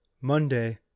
Monday